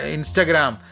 Instagram